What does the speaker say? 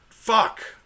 Fuck